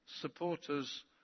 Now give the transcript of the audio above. supporters